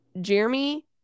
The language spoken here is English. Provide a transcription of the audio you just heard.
jeremy